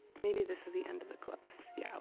maybe this is the end of the gloves, yeah,